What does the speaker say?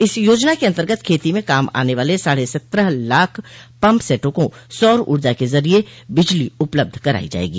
इस योजना के अंतर्गत खेती में काम आने वाले साढ़े सत्रह लाख पम्प सैटों को सौर ऊर्जा के जरिए बिजली उपलब्ध करायी जाएगी